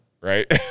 right